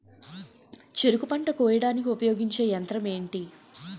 చెరుకు పంట కోయడానికి ఉపయోగించే యంత్రం ఎంటి?